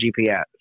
GPS